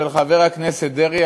של חבר הכנסת דרעי,